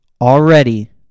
already